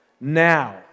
Now